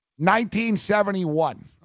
1971